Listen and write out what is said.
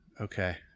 okay